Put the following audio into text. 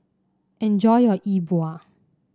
enjoy your E Bua